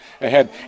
ahead